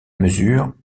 mesure